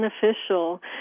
beneficial